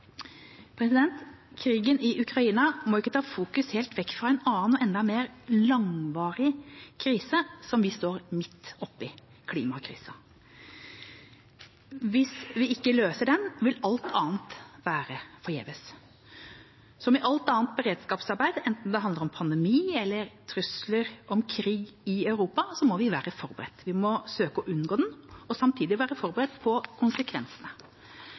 Krigen i Ukraina må ikke ta fokus helt vekk fra en annen og enda mer langvarig krise som vi står midt oppe i, nemlig klimakrisen. Hvis vi ikke løser den, vil alt annet være forgjeves. Som i alt annet beredskapsarbeid, enten det handler om pandemi eller trusler om krig i Europa, må vi være forberedt. Vi må søke å unngå den og samtidig være forberedt på konsekvensene.